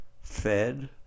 fed